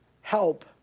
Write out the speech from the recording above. help